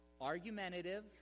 argumentative